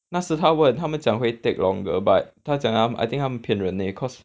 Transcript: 那时他问他们讲会 take longer but 他讲他 I think 他们骗人 leh cause